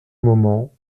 moment